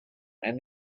and